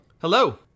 Hello